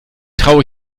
traue